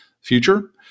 future